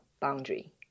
boundary